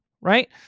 right